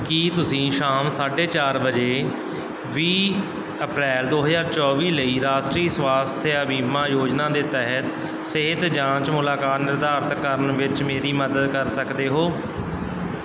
ਕੀ ਤੁਸੀਂ ਸ਼ਾਮ ਸਾਢੇ ਚਾਰ ਵਜੇ ਵੀਹ ਅਪ੍ਰੈਲ ਦੋ ਹਜ਼ਾਰ ਚੌਵੀ ਲਈ ਰਾਸ਼ਟਰੀ ਸਵਾਸਥਯ ਬੀਮਾ ਯੋਜਨਾ ਦੇ ਤਹਿਤ ਸਿਹਤ ਜਾਂਚ ਮੁਲਾਕਾਤ ਨਿਰਧਾਰਤ ਕਰਨ ਵਿੱਚ ਮੇਰੀ ਮਦਦ ਕਰ ਸਕਦੇ ਹੋ